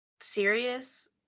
serious